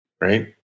right